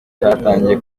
cyatangiye